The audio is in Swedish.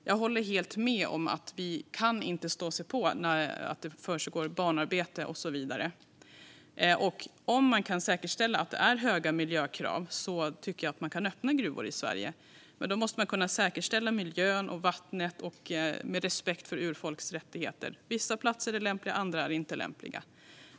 Jag håller helt med om att vi inte kan stå och se på att det försiggår barnarbete och så vidare. Om man kan säkerställa att det ställs höga miljökrav tycker jag att man kan öppna gruvor i Sverige. Men då måste man kunna säkerställa miljön och vattnet med respekt för urfolks rättigheter. Vissa platser är lämpliga, andra är inte lämpliga.